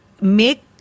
make